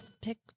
pick